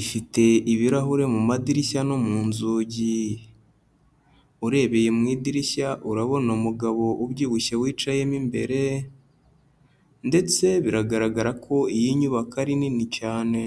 ifite ibirahure mu madirishya no mu nzugi, urebeye mu idirishya urabona umugabo ubyibushye wicayemo imbere ndetse biragaragara ko iyi nyubako ari nini cyane.